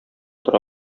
тора